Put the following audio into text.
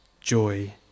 joy